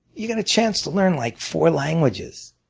you get a chance to learn like four languages,